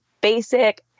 basic